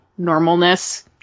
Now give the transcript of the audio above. normalness